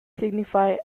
signify